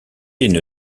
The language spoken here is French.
une